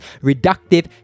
reductive